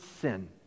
sin